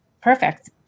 perfect